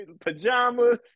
pajamas